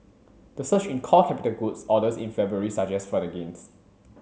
the surge in core capital goods orders in February suggests further gains